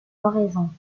oraison